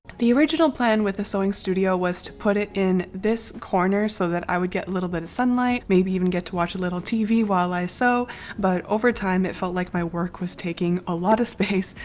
the original plan with a sewing studio was to put it in this corner so that i would get a little bit of sunlight maybe even get to watch a little tv while i sew but over time it felt like my work was taking a lot of space.